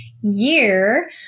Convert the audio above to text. year